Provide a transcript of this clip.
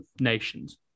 nations